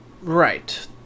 Right